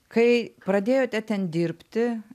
kai pradėjote ten dirbti